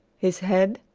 his head,